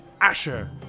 Asher